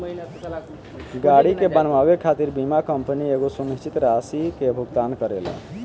गाड़ी के बनावे खातिर बीमा कंपनी एगो सुनिश्चित राशि के भुगतान करेला